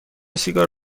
سیگار